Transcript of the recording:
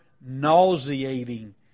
nauseating